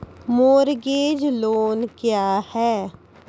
Mortgage loan क्या है?